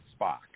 Spock